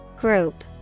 Group